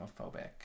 homophobic